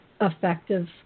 effective